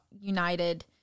United